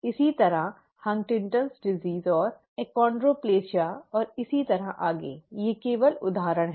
इसी तरह हंटिंगटन रोग Huntington's disease और अचोंड्रोप्लासिया और इसी तरह आगे ये केवल उदाहरण हैं